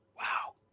Wow